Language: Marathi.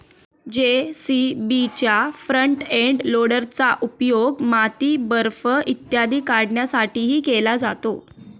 जे.सी.बीच्या फ्रंट एंड लोडरचा उपयोग माती, बर्फ इत्यादी काढण्यासाठीही केला जातो